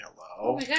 hello